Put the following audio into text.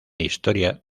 historia